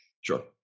Sure